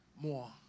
more